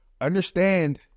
understand